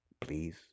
Please